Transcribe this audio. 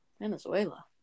Venezuela